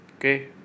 okay